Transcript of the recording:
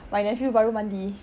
my nephew baru mandi